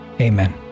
Amen